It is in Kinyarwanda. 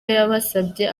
yabasabye